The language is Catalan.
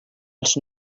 els